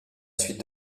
suite